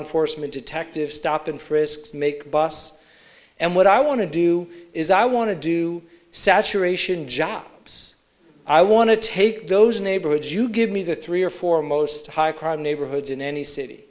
enforcement detectives stop and frisks make bus and what i want to do is i want to do saturation jobs i want to take those neighborhoods you give me the three or four most high crime neighborhoods in any city